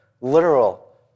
literal